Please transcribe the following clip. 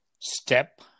step